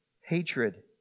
hatred